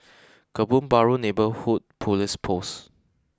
Kebun Baru neighbourhood police post